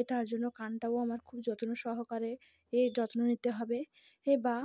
এ তার জন্য কানটাও আমার খুব যত্ন সহকারে এ যত্ন নিতে হবে এ বা